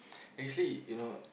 actually you know